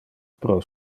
pro